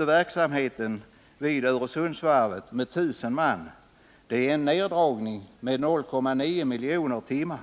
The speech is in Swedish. av verksamheten vid Öresundsvarvet med 1 000 man innebär en neddragning med 0,9 miljoner timmar.